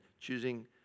choosing